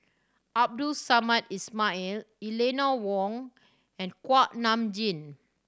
Abdul Samad Ismail Eleanor Wong and Kuak Nam Jin